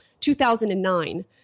2009